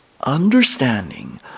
understanding